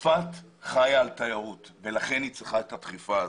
צפת חיה על תיירות ולכן היא צריכה את הדחיפה הזאת.